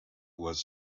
was